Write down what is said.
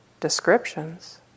descriptions